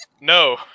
No